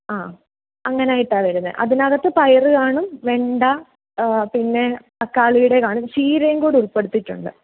ആ അങ്ങാനായിട്ടാണ് വരുന്നത് അതിനകത്ത് പയറ് കാണും വെണ്ട പിന്നെ തക്കാളീടെ കാണും ചീരേം കൂടെ ഉൾപ്പെടുത്തീട്ടുണ്ട്